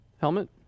Helmet